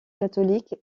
catholique